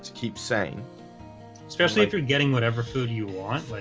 keep saying especially if you're getting whatever food you want.